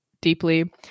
deeply